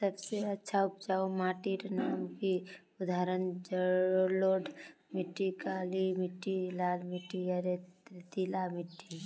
सबसे अच्छा उपजाऊ माटिर नाम की उदाहरण जलोढ़ मिट्टी, काली मिटटी, लाल मिटटी या रेतीला मिट्टी?